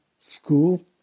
school